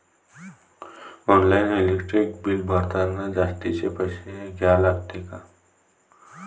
Online electric bill भरतानी जास्तचे पैसे द्या लागते का?